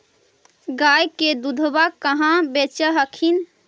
गया के दूधबा कहाँ बेच हखिन?